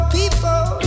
people